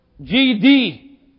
G-D